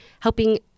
helping